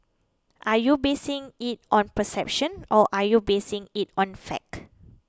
are you basing it on perception or are you basing it on fact